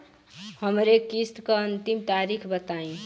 हमरे किस्त क अंतिम तारीख बताईं?